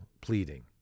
pleading